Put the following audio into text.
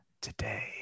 Today